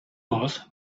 was